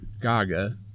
Gaga